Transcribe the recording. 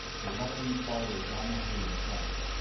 the rightwing party of jean-marie le pen,